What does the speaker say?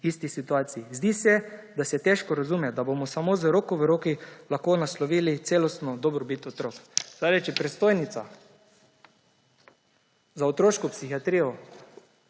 isti situaciji. Zdi se, da se težko razume, da bomo samo z roko v roki lahko naslovili celostno dobrobit otrok.« Če predstojnica za otroško psihiatrijo